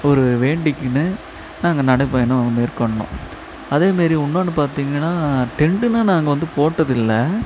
இப்போது ஒரு வேண்டிக்கின்னு நாங்கள் நடைப்பயணம் மேற்கொண்டோம் அதேமாரி இன்னொன்னு பாத்தீங்கன்னா டென்ட்டுலாம் நாங்கள் வந்து போட்டதில்லை